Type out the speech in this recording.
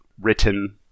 written